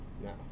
No